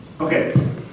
okay